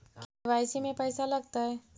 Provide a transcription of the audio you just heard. KYC में पैसा लगतै?